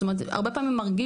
זאת אומרת הרבה פעמים מרגיש,